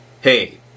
hey